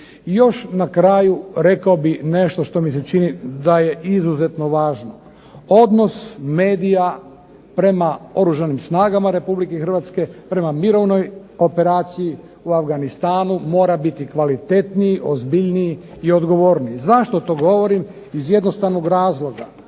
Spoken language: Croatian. Još na kraju rekao bih nešto što mi se čini da je izuzetno važno. Odnos medija prema Oružanim snagama Republike Hrvatske prema Mirovnoj operaciji u Afganistanu mora biti kvalitetniji, ozbiljniji i odgovorniji. Zašto to govorim? Iz jednostavnog razloga,